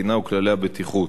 התקינה וכללי הבטיחות.